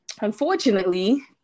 Unfortunately